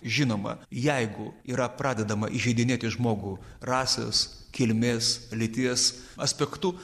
žinoma jeigu yra pradedama įžeidinėti žmogų rasės kilmės lyties aspektu